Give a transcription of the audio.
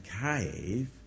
cave